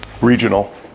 regional